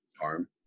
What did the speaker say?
harm